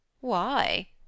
Why